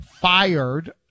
fired